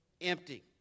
Empty